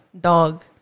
dog